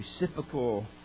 reciprocal